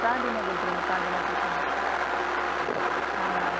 பேன்ட்டீனே கொடுத்துருங்க பேன்ட்டீனே கொடுத்துருங்க ஆமாம்